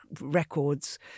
records